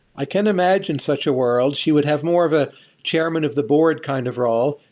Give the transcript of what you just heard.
i can't imagine such a world. she would have more of a chairman of the board kind of role,